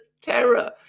terror